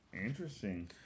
interesting